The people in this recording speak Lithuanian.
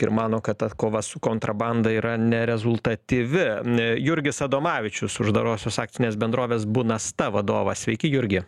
ir mano kad ta kova su kontrabanda yra nerezultatyvi n jurgis adomavičius uždarosios akcinės bendrovės bunasta vadovas sveiki jurgi